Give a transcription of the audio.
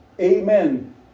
amen